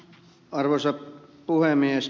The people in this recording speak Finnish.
arvoisa puhemies